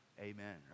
Amen